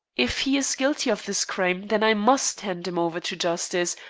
if he is guilty of this crime, then i must hand him over to justice,